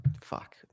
Fuck